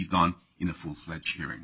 gone in a full fledged hearing